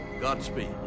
Godspeed